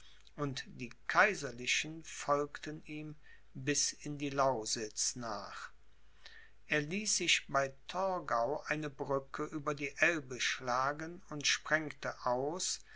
und die kaiserlichen folgten ihm bis in die lausitz nach er ließ bei torgau eine brücke über die elbe schlagen und sprengte aus